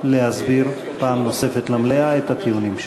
להסביר פעם נוספת למליאה את הטיעונים שלה.